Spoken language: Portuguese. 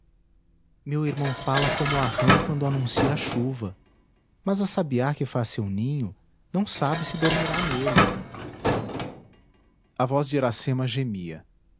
meu irmão fala como a rã quando anuncia a chuva mas a sabiá que faz seu ninho não sabe se dormirá nele a voz de iracema gemia